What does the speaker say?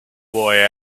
boy